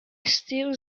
still